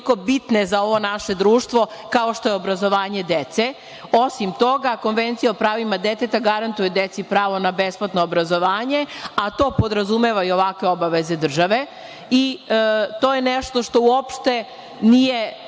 bitne za ovo naše društvo kao što je obrazovanje dece. Osim toga, Konvencija o pravima deteta, garantuje deci pravo na besplatno obrazovanje, a to podrazumeva i ovakve obaveze države i to je nešto što uopšte nije